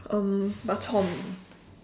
um bak-chor-mee